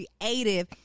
creative